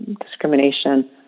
discrimination